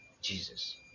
Jesus